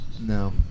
No